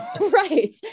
Right